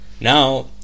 now